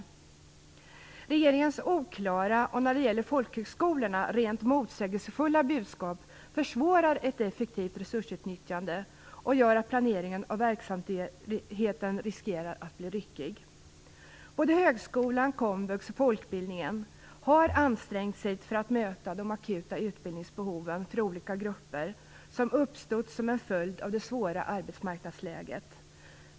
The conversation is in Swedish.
Regeringens oklara och när det gäller folkhögskolorna rent motsägelsefulla budskap försvårar ett effektivt resursutnyttjande och gör att planeringen av verksamheten riskerar att bli ryckig. Såväl inom högskolan som inom komvux och folkbildning har man ansträngt sig för att möta de akuta utbildningsbehov för olika grupper som uppstått som en följd av det svåra arbetsmarknadsläget.